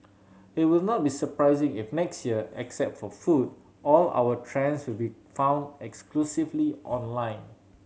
it will not be surprising if next year except for food all our trends will be found exclusively online